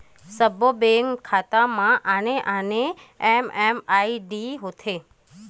सब्बो बेंक खाता म आने आने एम.एम.आई.डी होथे